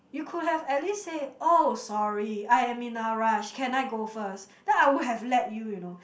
you could have at least say oh sorry I am in a rush can I go first then I would have let you you know